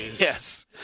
Yes